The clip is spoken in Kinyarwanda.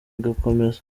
igakomeza